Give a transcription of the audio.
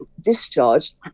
discharged